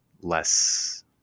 less